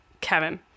Kevin